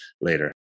later